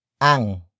ang